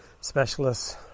specialists